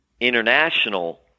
international